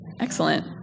Excellent